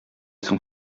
son